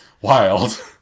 Wild